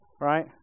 right